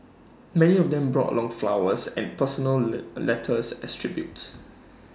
many of them brought along flowers and personal le letters as tributes